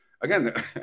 again